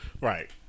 right